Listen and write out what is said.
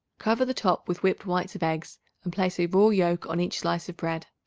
cover the top with whipped whites of eggs and place a raw yoke on each slice of bread.